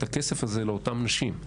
את הכסף הזה לאותן נשים.